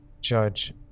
judge